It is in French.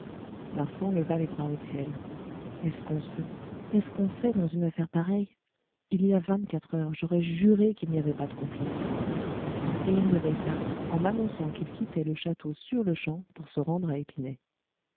larsan leva les bras au ciel est-ce qu'on sait est-ce qu'on sait dans une affaire pareille il y a vingt-quatre heures j'aurais juré qu'il n'y avait pas de complice et il me laissa en m'annonçant qu'il quittait le château sur-le-champ pour se rendre à épinay